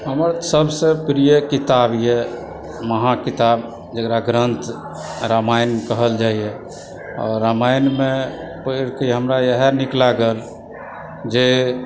हमर सभसँ प्रिय किताबए महाकिताब जेकरा ग्रन्थ रामायण कहल जाइए आओर रामायणमे पढ़िके हमरा इएह नीक लागल जे